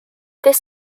this